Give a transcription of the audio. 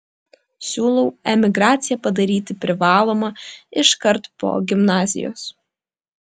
siūlau emigraciją padaryti privalomą iškart po gimnazijos